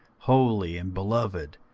holy and beloved,